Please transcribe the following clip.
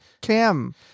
Cam